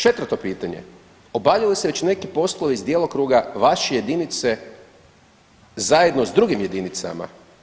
Četvrto pitanje, obavlja li se već neki poslovi iz djelokruga vaše jedinice zajedno s drugim jedinicama.